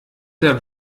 der